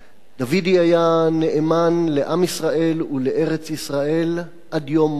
דוידי היה נאמן לעם ישראל ולארץ-ישראל עד יום מותו,